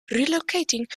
relocating